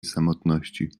samotności